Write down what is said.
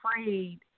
afraid